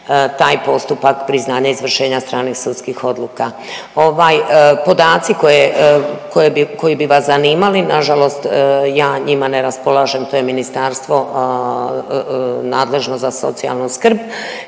taj postupak priznanja izvršenja stranih sudskih odluka. Ovaj podaci koje, koji bi vas zanimali nažalost ja njima ne raspolažem, to je ministarstvo nadležno za socijalnu skrb